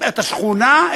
את השכונה?